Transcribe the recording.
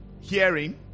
Hearing